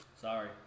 Sorry